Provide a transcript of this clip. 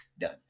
done